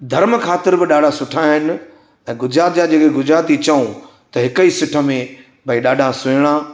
धर्म ख़ातिरि बि ॾाढा सुठा आहिनि ऐं गुजरात जा जेके गुजराती चऊं त हिक ई सिट में भई ॾाढा सुहिणा